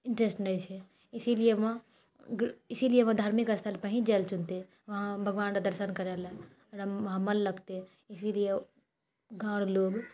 interest नै छै इसीलिएमऽ इसीलिए ओ धार्मिक स्थलपर ही जाइ लेऽ चुनतै वहाँ भगवान र दर्शन करै लेऽ ओकरा वहाँ मन लगतै इसीलिए गाँव र लोक